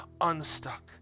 unstuck